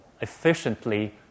efficiently